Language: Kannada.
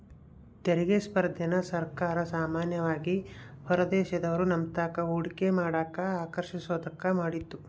ತೆರಿಗೆ ಸ್ಪರ್ಧೆನ ಸರ್ಕಾರ ಸಾಮಾನ್ಯವಾಗಿ ಹೊರದೇಶದೋರು ನಮ್ತಾಕ ಹೂಡಿಕೆ ಮಾಡಕ ಆಕರ್ಷಿಸೋದ್ಕ ಮಾಡಿದ್ದು